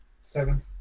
Seven